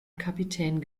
kapitän